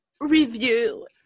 review